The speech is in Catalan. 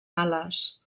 ales